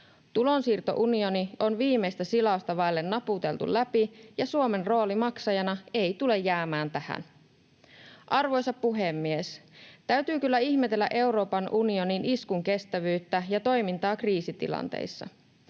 Tulonsiirtounioni on viimeistä silausta vaille naputeltu läpi, ja Suomen rooli maksajana ei tule jäämään tähän. Arvoisa puhemies! Täytyy kyllä ihmetellä Euroopan unionin iskunkestävyyttä ja toimintaa kriisitilanteissa.